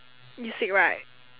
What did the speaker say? you sick right